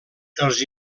els